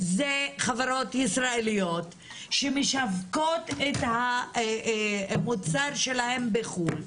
אלה חברות ישראליות שמשווקות את המוצר שלהן בחו"ל.